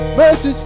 mercy